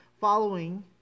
following